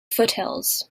foothills